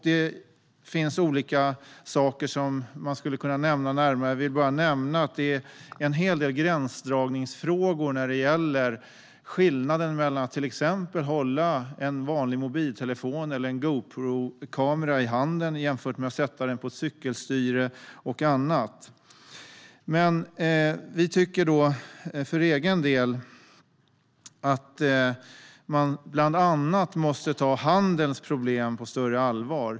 Det finns en hel del gränsdragningsfrågor när det gäller skillnaden mellan att till exempel hålla en vanlig mobiltelefon eller Goprokamera i handen jämfört med att sätta den på ett cykelstyre och annat. Vi tycker att man bland annat måste ta handelns problem på större allvar.